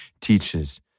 teaches